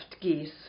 geese